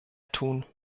tun